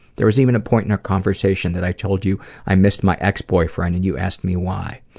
there was even a point in our conversation that i told you i missed my ex-boyfriend and you asked me why.